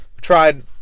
Tried